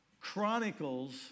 Chronicles